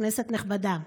כנסת נכבדה,